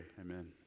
Amen